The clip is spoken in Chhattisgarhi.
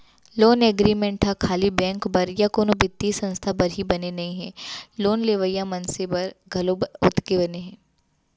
लोन एग्रीमेंट ह खाली बेंक बर या कोनो बित्तीय संस्था बर ही बने नइ हे लोन लेवइया मनसे बर घलोक ओतके बने हे